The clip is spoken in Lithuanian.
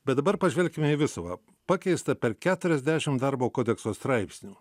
bet dabar pažvelkime į visumą pakeista per keturiasdešimt darbo kodekso straipsnių